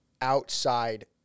outside